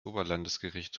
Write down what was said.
oberlandesgericht